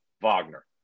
Wagner